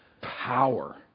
power